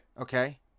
Okay